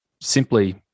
simply